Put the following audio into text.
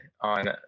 on